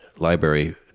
library